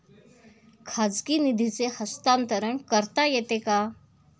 खाजगी निधीचे हस्तांतरण करता येते का?